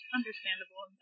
understandable